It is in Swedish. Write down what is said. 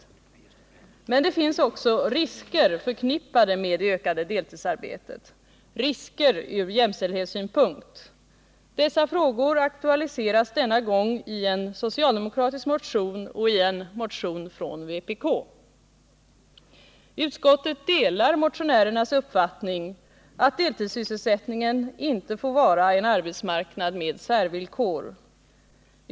Men det finns också risker förknippade med det ökade deltidsarbetet, risker ur jämställdhetssynpunkt. Dessa frågor aktualiseras denna gång i en socialdemokratisk motion och i en motion från vpk. Utskottet delar motionärernas uppfattning att deltidssysselsättning inte får vara en arbetsmarknad med särvillkor.